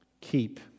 Keep